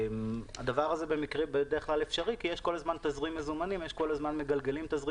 הדבר הזה בדרך כלל אפשרי כי מגלגלים כל הזמן תזרים